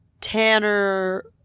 Tanner